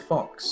Fox